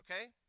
Okay